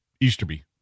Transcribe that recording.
Easterby